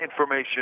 information